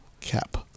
Cap